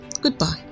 goodbye